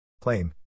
Claim